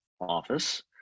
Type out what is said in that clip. office